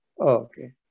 Okay